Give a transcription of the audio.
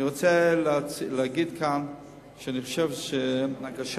אני רוצה להגיד כאן שאני חושב שהגשת